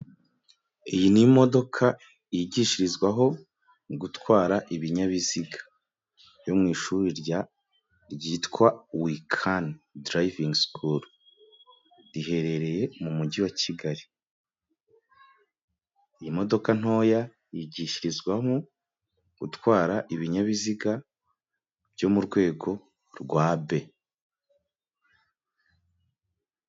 Iyi ni imodoka yigishirizwaho gutwara ibinyabiziga, byo mu ishuri ryitwa wikani durayivingi sukulu, riherereye mu mujyi wa Kigali, ni imodoka ntoya yigishirizwamo gutwara ibinyabiziga byo mu rwego rwa be.